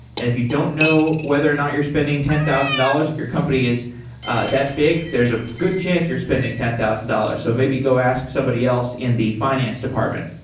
and if you don't know whether or not you're spending ten thousand dollars if your company is that big, there's a good chance you're spending ten thousand dollars, so maybe go ask somebody else in the finance department.